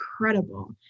incredible